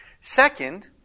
Second